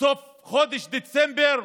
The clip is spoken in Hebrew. סוף חודש דצמבר,